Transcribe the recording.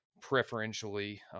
preferentially